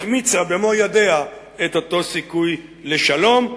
החמיצה במו ידיה את אותו סיכוי לשלום,